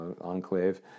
enclave